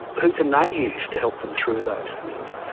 who can they use to help them through those things?